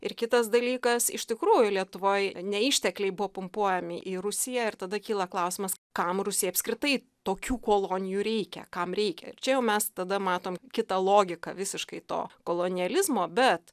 ir kitas dalykas iš tikrųjų lietuvoj ne ištekliai buvo pumpuojami į rusiją ir tada kyla klausimas kam rusijai apskritai tokių kolonijų reikia kam reikia ir čia jau mes tada matom kitą logiką visiškai to kolonializmo bet